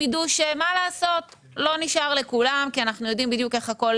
ידעו שלא נשאר לכולם כי אנחנו יודעים בדיוק איך הכול